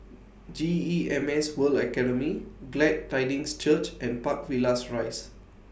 G E M S World Academy Glad Tidings Church and Park Villas Rise